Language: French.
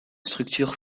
structure